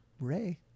Ray